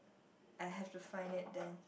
I have to find it then